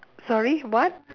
sorry what